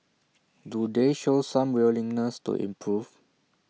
do they show some willingness to improve